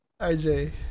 RJ